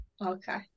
okay